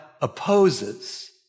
opposes